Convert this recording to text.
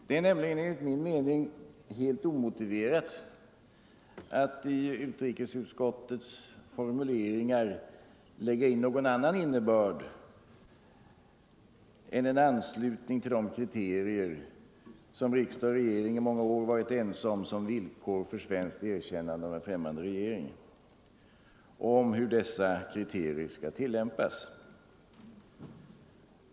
Det är nämligen enligt min mening helt omotiverat att i utrikesutskottets formuleringar lägga in någon annan innebörd än anslutning till de kriterier som riksdag och regering under många år varit ense om som villkor för svenskt erkännande av en främmande regering och en anslutning till den tillämpning av dessa kriterier som förekommit.